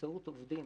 באמצעות עובדים.